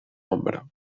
ombra